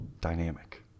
dynamic